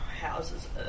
houses